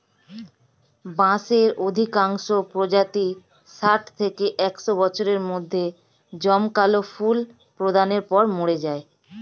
বাঁশের অধিকাংশ প্রজাতিই ষাট থেকে একশ বছরের মধ্যে জমকালো ফুল প্রদানের পর মরে যায়